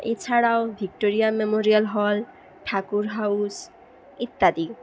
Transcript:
এছাড়াও Victoria Memorial Hall Thakur House ইত্যাদি